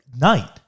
night